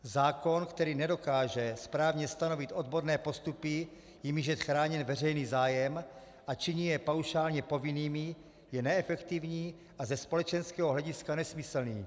Zákon, který nedokáže správně stanovit odborné postupy, jimiž je chráněn veřejný zájem, a činí je paušálně povinnými, je neefektivní a ze společenského hlediska nesmyslný.